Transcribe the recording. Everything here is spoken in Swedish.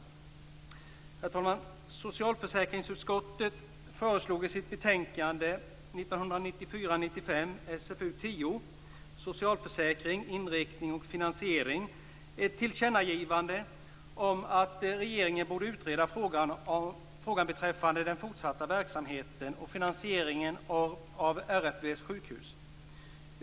Herr talman! Socialförsäkringsutskottet föreslog i sitt betänkande 1994/95:SfU10, Socialförsäkring - inriktning och finansiering, ett tillkännagivande om att regeringen borde utreda frågan beträffande den fortsatta verksamheten och finansieringen av RFV:s sjukhus.